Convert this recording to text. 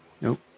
Nope